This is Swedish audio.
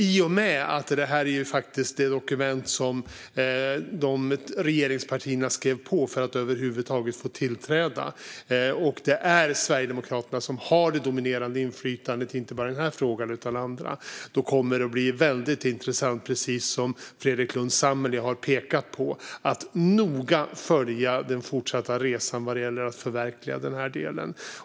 I och med att det här är det dokument som regeringspartierna skrev på för att över huvud taget få tillträda och att det är Sverigedemokraterna som har det dominerande inflytandet i inte bara den här frågan utan även andra kommer det, precis som Fredrik Lundh Sammeli har pekat på, att bli väldigt intressant att noga följa den fortsatta resan vad gäller att förverkliga den här delen.